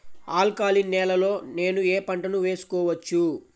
Alkaline నేలలో నేనూ ఏ పంటను వేసుకోవచ్చు?